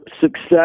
success